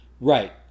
Right